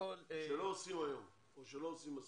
שלא עושים היום, או שלא עושים מספיק?